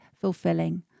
fulfilling